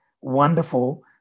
wonderful